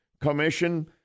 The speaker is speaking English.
commission